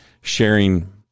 sharing